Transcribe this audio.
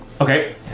Okay